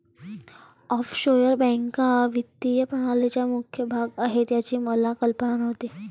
offshore बँका वित्तीय प्रणालीचा मुख्य भाग आहेत याची मला कल्पना नव्हती